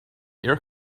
air